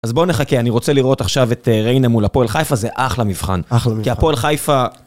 אז בוא נחכה, כי אני רוצה לראות עכשיו את ריינה מול הפועל חיפה, זה אחלה מבחן. אחלה מבחן. כי הפועל חיפה...